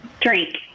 drink